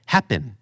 Happen